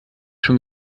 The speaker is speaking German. schon